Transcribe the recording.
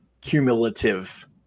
cumulative